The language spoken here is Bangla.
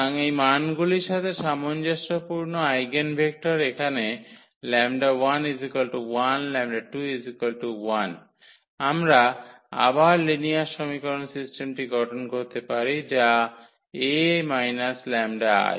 সুতরাং এই মানগুলির সাথে সামঞ্জস্যপূর্ণ আইগেনভেক্টর এখানে 𝜆1 1 𝜆2 1 আমরা আবার লিনিয়ার সমীকরণ সিস্টেমটি গঠন করতে পারি যা 𝐴 - 𝜆𝐼